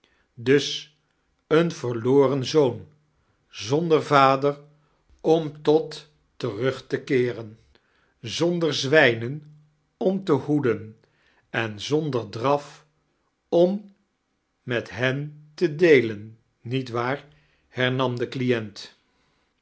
dus een verloren zoon zonder vader om tot terugte keeren zonder zwijnen om te hoeden en zonder draf om met hen te deelen nietwaar hernam de client